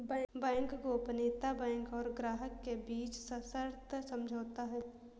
bank गोपनीयता bank और ग्राहक के बीच सशर्त समझौता है